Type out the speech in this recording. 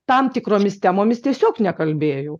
tam tikromis temomis tiesiog nekalbėjau